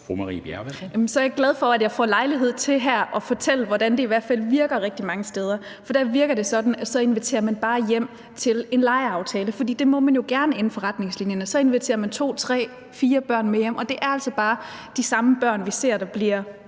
Så er jeg glad for, at jeg får lejlighed til her at fortælle, hvordan det i hvert fald virker rigtig mange steder. For der virker det sådan, at så inviterer man bare hjem til en legeaftale, for det må man jo gerne inden for retningslinjerne. Så inviterer man to, tre, fire børn med hjem, og det er altså bare de samme børn, vi ser der bliver